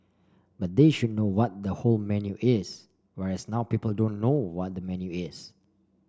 but they should know what the whole menu is whereas now people don't know what the menu is